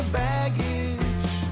baggage